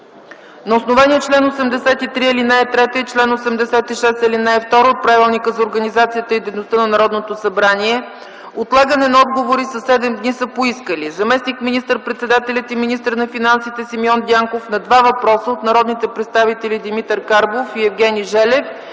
На основание чл. 83, ал. 3 и чл. 86, ал. 2 от Правилника за организацията и дейността на Народното събрание отлагане на отговори със седем дни са поискали: - заместник министър-председателят и министър на финансите Симеон Дянков на два въпроса от народните представители Димитър Карбов и Евгений Желев